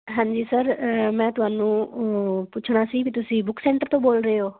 ਹਾਂਜੀ ਸਰ ਮੈਂ ਤੁਹਾਨੂੰ ਪੁੱਛਣਾ ਸੀ ਵੀ ਤੁਸੀਂ ਬੁੱਕ ਸੈਂਟਰ ਤੋਂ ਬੋਲ ਰਹੇ ਹੋ